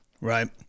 Right